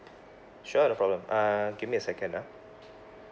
sure no problem uh give me a second ah